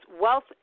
Wealth